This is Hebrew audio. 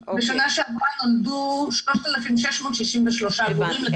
בשנה שעברה נולדו 3,663 גורים לכלבות.